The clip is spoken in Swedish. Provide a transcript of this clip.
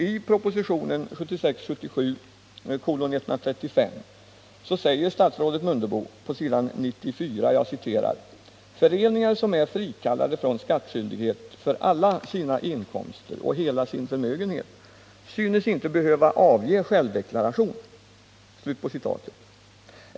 I propositionen 1976/77:135 säger statsrådet Mundebo på s. 94 att ”föreningar som är frikallade från skattskyldighet för alla sina inkomster och hela sin förmögenhet, synes inte behöva avge självdeklaration”.